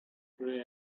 grey